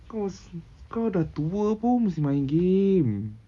kau seriously kau dah tua pun masih main game